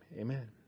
Amen